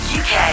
uk